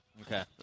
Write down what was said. Okay